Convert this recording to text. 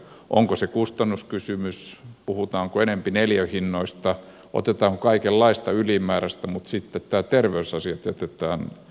onko se kustannuskysymys puhutaanko enemmän neliöhinnoista otetaan kaikenlaista ylimääräistä mutta sitten nämä terveysasiat jätetään pienemmälle vakavuudelle